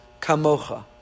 Kamocha